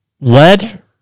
Lead